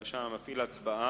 בבקשה, נפעיל הצבעה.